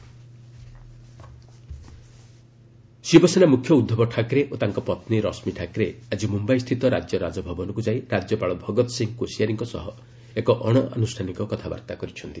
ମହା assembly session Shiv Sena ମୁଖ୍ୟ ଉଦ୍ଧବ ଠାକରେ ଓ ତାଙ୍କ ପତ୍ନୀ ରଶ୍ମୀ ଠାକରେ ଆଜି ମ୍ରମ୍ୟାଇ ସ୍ଥିତ ରାଜ୍ୟ ରାଜଭବନକ୍ତ ଯାଇ ରାଜ୍ୟପାଳ ଭଗତ ସିଂହ କୋଶିଆରୀଙ୍କ ସହ ଏକ ଅଣ ଆନୁଷ୍ଠାନିକ କଥାବାର୍ତ୍ତା କରିଛନ୍ତି